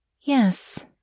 Yes